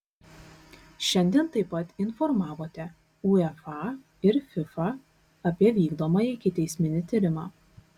šiandien taip pat informavote uefa ir fifa apie vykdomą ikiteisminį tyrimą